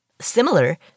similar